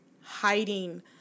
hiding